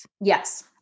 Yes